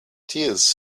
tears